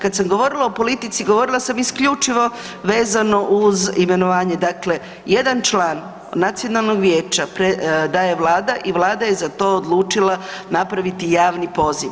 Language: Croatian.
Kada sam govorila o politici, govorila sam isključivo vezano uz imenovanje, dakle jedan član Nacionalnog vijeća daje Vlada i Vlada je za to odlučila napraviti javni poziv.